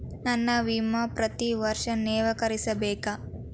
ನನ್ನ ವಿಮಾ ಪ್ರತಿ ವರ್ಷಾ ನವೇಕರಿಸಬೇಕಾ?